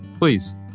please